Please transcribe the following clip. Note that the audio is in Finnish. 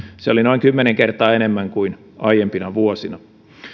se oli noin kymmenen kertaa enemmän kuin aiempina vuosina